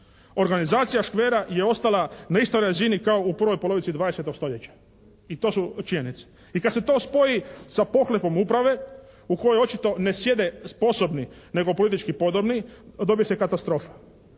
Organizacija "Škvera" je ostala na istoj razini kao i u prvoj polovici 20. stoljeća. I to su činjenice. I kad se to spoji sa pohlepom uprave u kojoj očito ne sjede sposobni nego politički podobni dobi se katastrofa.